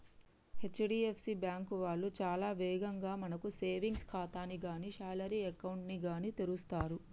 HDFC bank వాళ్ళు చాలా వేగంగా మనకు సేవింగ్స్ ఖాతాని గానీ శాలరీ అకౌంట్ ని గానీ తెరుస్తరు